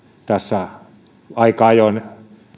tässä aika ajoin